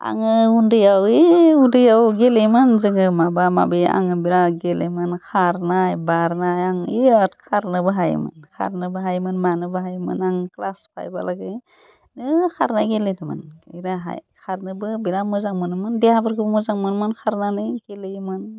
आङो उन्दैआव ओइ उन्दैयाव गेलेयोमोन जोङो माब माबि आङो बिराथ गेलेयोमोन खारनाय बारनाय आं बिरात खारनोबो हायोमोन खारनोबो हायोमोन मानोबो हायोमोन आं क्लास फाइभहालागै होइ खारनाय गेलेदोंमोन खारनोबो बिरात मोजां मोनोमोन देहाफोरखौ मोजां मोनोमोन खारनानै गेलेयोमोन